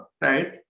right